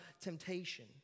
temptation